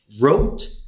wrote